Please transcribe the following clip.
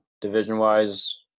division-wise